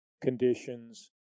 conditions